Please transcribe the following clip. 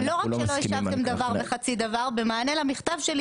לא רק שלא השבתם במענה למכתב שלי